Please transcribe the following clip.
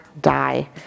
die